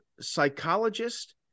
psychologist